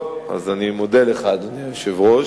טוב, אז אני מודה לך, אדוני היושב-ראש.